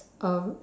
a